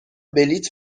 بلیط